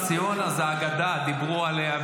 דיברו עליה,